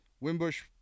Wimbush